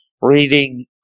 Reading